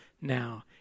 now